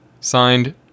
Signed